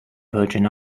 virgin